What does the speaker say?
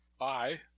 I